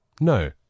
no